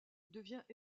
devient